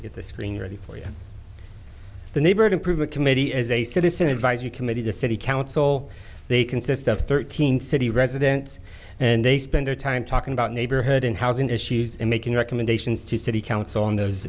the screen ready for you the neighbor to prove a committee is a citizen advisory committee the city council they consist of thirteen city residents and they spend their time talking about neighborhood and housing issues and making recommendations to city council on those